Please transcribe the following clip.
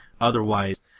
otherwise